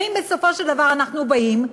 ואם בסופו של דבר אנחנו באים,